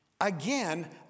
Again